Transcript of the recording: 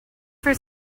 for